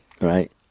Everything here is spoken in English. Right